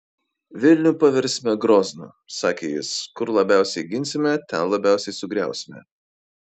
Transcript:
vilnių paversime groznu sakė jis kur labiausiai ginsime ten labiausiai sugriausime